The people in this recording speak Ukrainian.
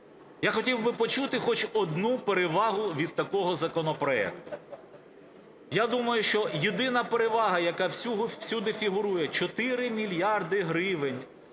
Я хотів би почути хоч одну перевагу від такого законопроекту. Я думаю, що єдина перевага, яка всюди фігурує, 4 мільярди гривень.